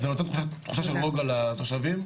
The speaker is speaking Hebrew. זה נותן תחושה של רוגע לתושבים.